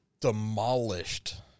demolished